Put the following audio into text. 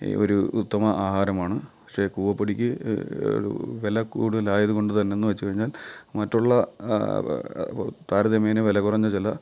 ഒരു ഉത്തമ ആഹാരമാണ് പക്ഷേ കൂവപ്പൊടിക്ക് വിലക്കൂടുതലായത് കൊണ്ട് തന്നേന്ന് വെച്ച് കഴിഞ്ഞാൽ മറ്റുള്ള താരതമ്യേനെ വില കുറഞ്ഞ ചില